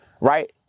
right